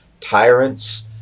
tyrants